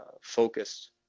focused